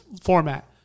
format